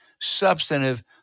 substantive